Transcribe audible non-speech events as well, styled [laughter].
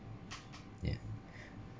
[noise] yeah